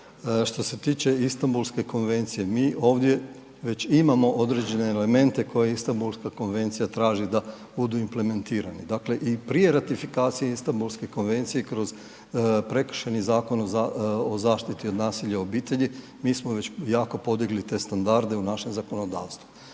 što se tiče Istanbulske konvencije mi ovdje već imamo određene elemente koje Istanbulska konvencija traži da budu implementirani. Dakle i prije ratifikacije Istanbulske konvencije kroz Prekršajni zakon o zaštiti od nasilja u obitelji mi smo već jako podigli te standarde u našem zakonodavstvu.